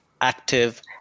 active